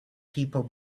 people